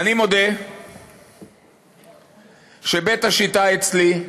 אני מודה שבית השיטה אצלי,